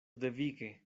devige